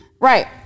Right